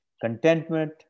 Contentment